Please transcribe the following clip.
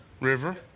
River